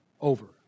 Over